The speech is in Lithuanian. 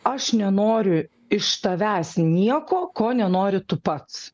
aš nenoriu iš tavęs nieko ko nenori tu pats